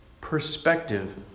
perspective